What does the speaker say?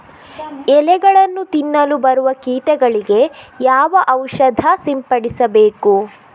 ಎಲೆಗಳನ್ನು ತಿನ್ನಲು ಬರುವ ಕೀಟಗಳಿಗೆ ಯಾವ ಔಷಧ ಸಿಂಪಡಿಸಬೇಕು?